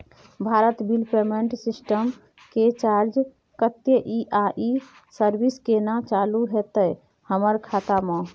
Bharat bill payment system के charge कत्ते इ आ इ सर्विस केना चालू होतै हमर खाता म?